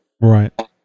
Right